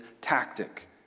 tactic